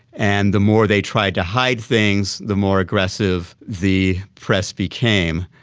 and the more they tried to hide things, the more aggressive the press became.